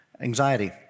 anxiety